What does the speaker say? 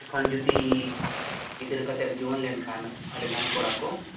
ᱮᱠᱷᱚᱱ ᱡᱩᱫᱤ ᱜᱤᱫᱽᱨᱟᱹ ᱠᱟᱛᱮ ᱡᱩᱣᱟᱹᱱ ᱞᱮᱱᱠᱷᱟᱱ ᱟᱹᱰᱤᱜᱟᱱ ᱠᱚᱲᱟ ᱠᱚ